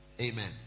amen